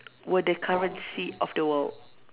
were the currency of the world